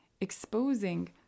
exposing